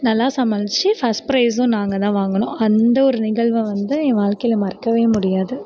நல்லா சமாளித்து ஃபர்ஸ்ட் ப்ரைஸும் நாங்கள் தான் வாங்கினோம் அந்த ஒரு நிகழ்வை வந்து என் வாழ்க்கையில மறக்கவே முடியாது